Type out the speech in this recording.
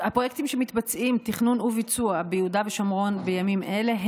הפרויקטים שמתבצעים ביהודה ושומרון בימים אלה,